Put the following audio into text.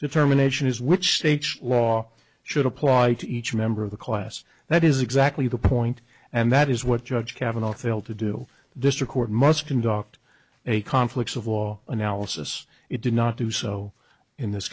determination is which states law should apply to each member of the class that is exactly the point and that is what judge kavanaugh fail to do this record must conduct a conflicts of law analysis it did not do so in this